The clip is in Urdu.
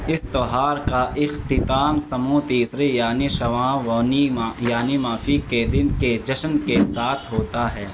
اس تیوہار کا اختتام سموتسری یعنی شماونی ما یعنی معافی کے دن کے جشن کے ساتھ ہوتا ہے